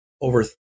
over